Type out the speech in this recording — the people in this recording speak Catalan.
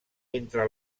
entre